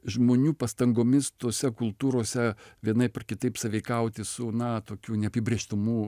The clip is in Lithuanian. žmonių pastangomis tose kultūrose vienaip ar kitaip sąveikauti su na tokiu neapibrėžtumu